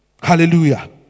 Hallelujah